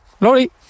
Lori